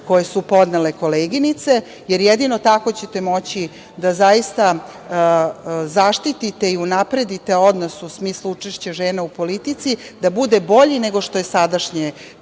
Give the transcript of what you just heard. koje su podnele koleginice, jer jedino tako ćete moći da zaista zaštite i unapredite odnos, u smislu učešća žena u politici, da bude bolji nego što su sadašnji